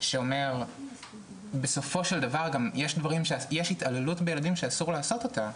שאומר בסופו של דבר גם יש התעללות בילדים שאסור לעשות אותה,